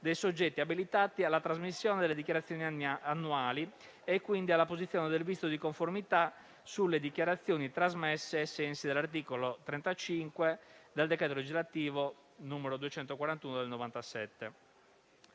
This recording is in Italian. dei soggetti abilitati alla trasmissione delle dichiarazioni annuali e quindi all'apposizione del visto di conformità sulle dichiarazioni trasmesse ai sensi dell'articolo 35 del decreto legislativo n. 241 del 1997.